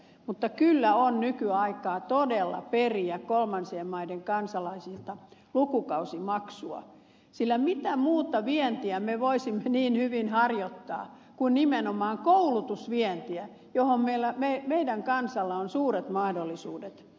mutta kyllä on nykyaikaa todella periä kolmansien maiden kansalaisilta lukukausimaksua sillä mitä muuta vientiä me voisimme niin hyvin harjoittaa kuin nimenomaan koulutusvientiä johon meidän kansallamme on suuret mahdollisuudet